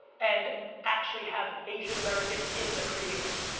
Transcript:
and actually have asian americans in the creative.